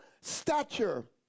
stature